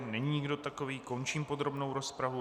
Není nikdo takový, končím podrobnou rozpravu.